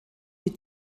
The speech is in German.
die